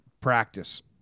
practice